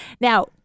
Now